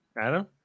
Adam